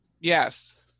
yes